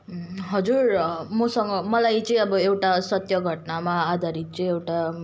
हजुर मसँग मलाई चाहिँ अब एउटा सत्य घटनामा आधारित चाहिँ एउटा